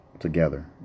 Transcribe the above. together